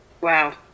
Wow